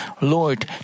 Lord